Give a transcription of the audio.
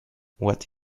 what